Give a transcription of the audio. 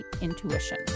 intuition